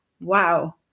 wow